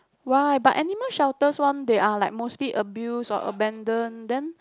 why but animal shelters one they are like mostly abuse or abandon then